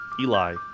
Eli